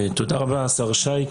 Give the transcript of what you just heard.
תודה רבה השר שי.